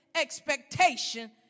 expectation